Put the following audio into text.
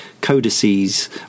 codices